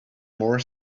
more